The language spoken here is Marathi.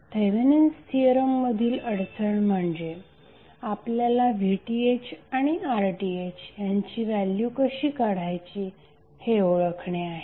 थेवेनिन्स थिअरम मधील अडचण म्हणजे आपल्यालाVThआणि RThयांची व्हॅल्यू कशी काढायची ते ओळखणे आहे